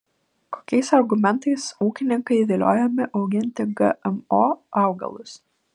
kokiais argumentais ūkininkai viliojami auginti gmo augalus